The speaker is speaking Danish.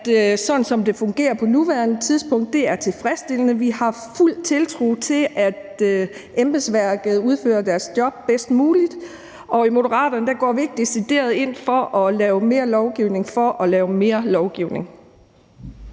sådan som det fungerer på nuværende tidspunkt, er det tilfredsstillende. Vi har fuld tiltro til, at embedsværket udfører deres job bedst muligt, og i Moderaterne går vi ikke decideret ind for at lave mere lovgivning for at lave mere lovgivning.